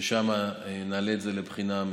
ושם נעלה את זה לבחינה מחודשת.